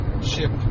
ship